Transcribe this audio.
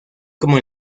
como